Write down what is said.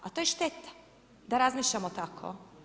A to je šteta, da razmišljamo tako.